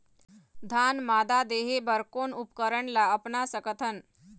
धान मादा देहे बर कोन उपकरण ला अपना सकथन?